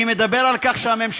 אני מדבר על כך שהממשלה,